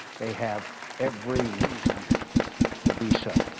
they have every reason to be so.